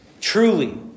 truly